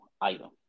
item